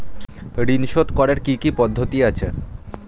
ঋন শোধ করার কি কি পদ্ধতি আছে?